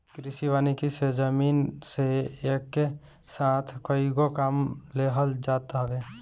कृषि वानिकी से जमीन से एके साथ कएगो काम लेहल जात हवे